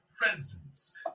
presence